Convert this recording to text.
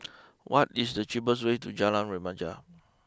what is the cheapest way to Jalan Remaja